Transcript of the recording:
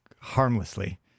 harmlessly